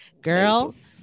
girls